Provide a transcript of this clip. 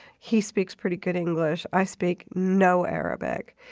he speaks pretty good english. i speak no arabic,